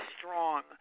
Strong